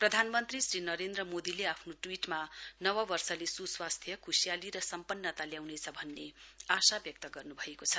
प्रधानमन्त्री श्री नरेन्द्र मोदीले आफ्नो ट्वीट्मा नववर्षले सुस्वास्थ्य खुशीयाली र सम्पन्नना ल्याउनेछ भन्ने आशा व्यक्त गर्नुभएको छ